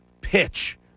pitch